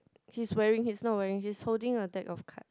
he's wearing he's not wearing he's holding a deck of card